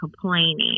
complaining